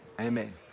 Amen